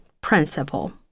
principle